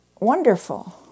wonderful